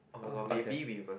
oh okay